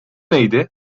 neydi